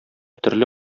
төрле